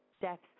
deaths